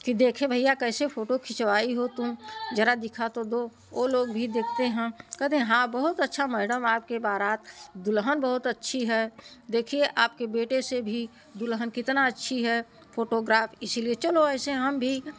कि देखे भैया कैसे फ़ोटो खिंचवाई हो तुम ज़रा दिखा तो दो ओ लोग भी देखते हैं कहते हैं बहुत अच्छा मैडम आपके बारात दूल्हन बहुत अच्छी है देखिए आपके बेटे से भी दूल्हन कितना अच्छी है फ़ोटोग्राफ़ इसलिए चलो ऐसे हम भी